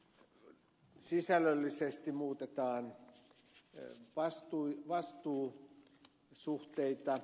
tässähän sisällöllisesti muutetaan vastuusuhteita